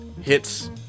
hits